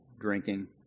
drinking